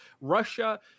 Russia